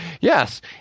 Yes